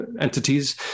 entities